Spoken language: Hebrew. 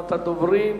אחרונת הדוברים,